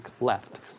left